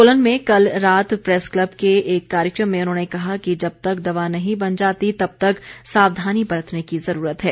सोलन में कल रात प्रैस क्लब के एक कार्यक्रम में उन्होंने कहा कि जब तक दवा नहीं बन जाती तब तक सावधानी बरतने की जरूरत है